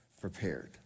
prepared